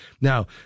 Now